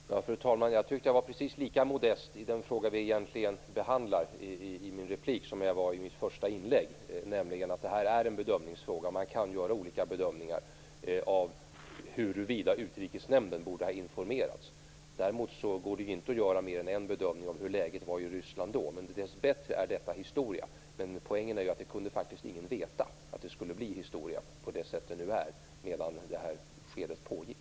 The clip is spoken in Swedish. Fru talman! Jag tyckte att jag i min replik var precis lika modest i den fråga vi behandlar som jag var i mitt första inlägg. Detta är en bedömningsfråga, och man kan göra olika bedömningar av huruvida Utrikesnämnden borde ha informerats. Däremot går det inte att göra mer än en bedömning av hur läget då var i Ryssland. Nu är dessbättre detta historia. Men poängen är att ingen kunde veta att det skulle bli historia på det sätt det nu är medan skedet pågick.